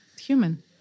Human